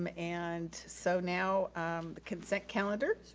um and so now the consent calendar.